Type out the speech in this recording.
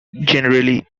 generally